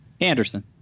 Anderson